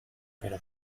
pero